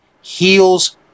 heals